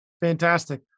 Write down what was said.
Fantastic